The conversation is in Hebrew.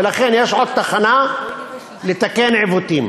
ולכן יש עוד תחנה לתקן עיוותים,